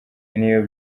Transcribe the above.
n’iyo